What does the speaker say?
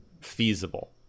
feasible